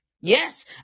Yes